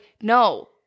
no